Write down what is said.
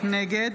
נגד